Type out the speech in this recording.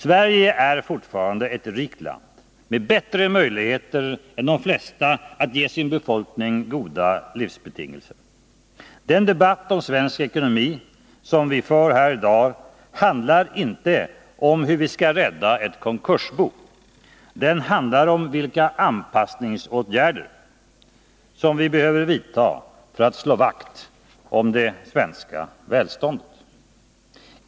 Sverige är fortfarande ett rikt land med bättre möjligheter än de flesta att ge sin befolkning goda levnadsbetingelser. Den debatt om svensk ekonomi som vi för här i dag handlar inte om hur vi skall rädda ett konkursbo. Den handlar om vilka anpassningsåtgärder som behövs för att vi skall kunna slå vakt om vårt välstånd.